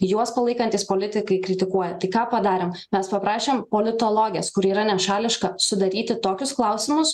juos palaikantys politikai kritikuoja tai ką padarėm mes paprašėm politologės kuri yra nešališka sudaryti tokius klausimus